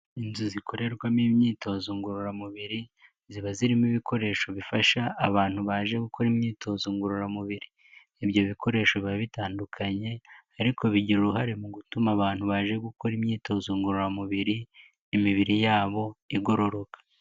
Inzu zikorerwamo imyitozo ngororamubiri, ziba zirimo ibikoresho bifasha abantu baje gukora imyitozo ngororamubiri. Ibyo bikoresho biba bitandukanye, ariko bigira uruhare mu gutuma abantu baje gukora imyitozo ngororamubiri, imibiri yabo igororoka.